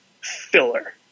filler